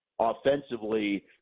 offensively